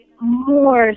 more